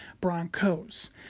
Broncos